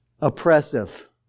oppressive